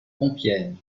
compiègne